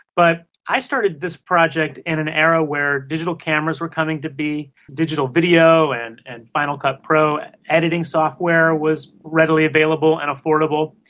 but i started this project in an era where digital cameras were coming to be, digital video and and final cut pro editing software was readily available and affordable.